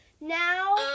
Now